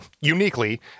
uniquely